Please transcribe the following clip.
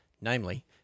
namely